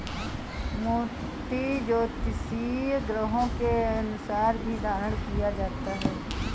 मोती ज्योतिषीय ग्रहों के अनुसार भी धारण किया जाता है